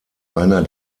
einer